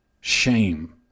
shame